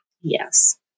Yes